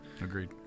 Agreed